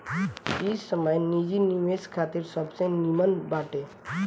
इ समय निजी निवेश खातिर सबसे निमन बाटे